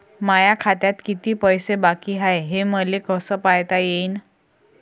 माया खात्यात किती पैसे बाकी हाय, हे मले कस पायता येईन?